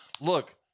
Look